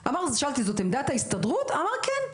שאני שאלתי אותו אם זו עמדת ההסתדרות והוא ענה לי שכן.